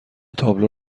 تابلو